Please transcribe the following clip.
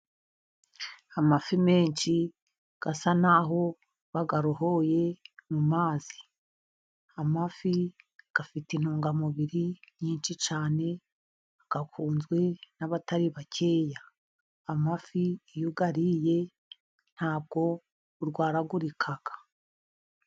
Amafi menshi, asa n'aho bayarohoye mu mazi. Amafi afite intungamubiri nyinshi cyane, akunzwe n'abatari bakeya, amafi iyo uyariye, ntabwo urwaragurika.